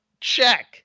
check